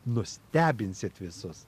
nustebinsit visus